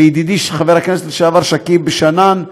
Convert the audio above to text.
לידידי חבר הכנסת לשעבר שכיב שנאן,